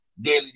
daily